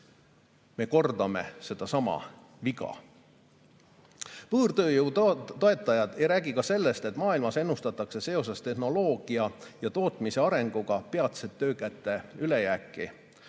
Me kordame sedasama viga. Võõrtööjõu toetajad ei räägi ka sellest, et maailmas ennustatakse seoses tehnoloogia ja tootmise arenguga peatselt töökäte ülejääki.